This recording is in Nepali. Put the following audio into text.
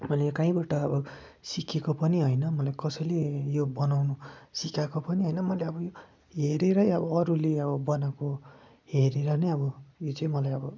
मैले कहीँबाट अब सिकेको पनि होइन मलाई कसैले यो बनाउनु सिकाएको पनि होइन मैले अब यो हेरेरै अब अरूले अब बनाएको हेरेर नै अब यो चाहिँ मलाई अब